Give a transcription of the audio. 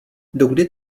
dokdy